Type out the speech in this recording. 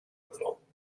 little